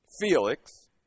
Felix